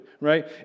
right